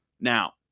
now